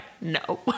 no